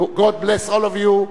God bless all of you.